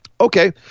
Okay